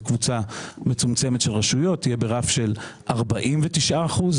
קבוצה מצומצמת של רשויות תהיה ברף של 49 אחוזים,